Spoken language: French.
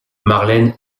marlène